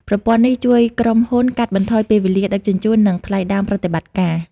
ប្រព័ន្ធនេះជួយក្រុមហ៊ុនកាត់បន្ថយពេលវេលាដឹកជញ្ជូន និងថ្លៃដើមប្រតិបត្តិការ។